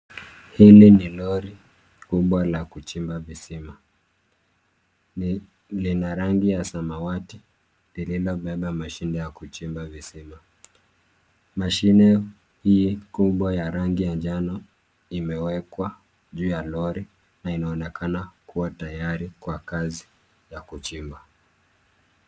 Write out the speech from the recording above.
Hili ni lori kubwa la kuchimba visima ni lina rangi ya samawati. Lililobeba mashine ya kuchimba visima. Mashini hii kubwa ya rangi ya njano imewekwa juu ya lori na inaonekana kuwa tayari kwa kazi ya kuchimba.